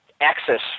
access